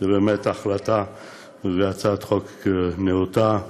זו באמת החלטה והצעת חוק נאותה ומרשימה.